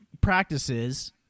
practices